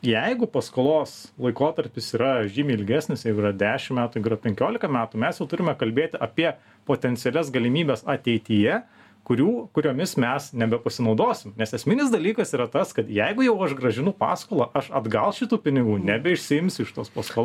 jeigu paskolos laikotarpis yra žymiai ilgesnis jeigu yra dešimt metų yra penkiolika metų mes jau turime kalbėti apie potencialias galimybes ateityje kurių kuriomis mes nebepasinaudosim nes esminis dalykas yra tas kad jeigu jau aš grąžinu paskolą aš atgal šitų pinigų nebeišsiimsiu iš tos paskolos